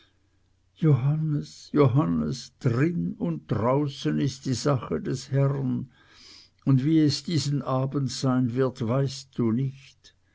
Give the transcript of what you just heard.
johannes johannes drin und draußen ist die sache des herrn und wie es diesen abend sein wird weißt du nicht